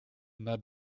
naar